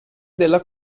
della